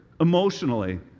emotionally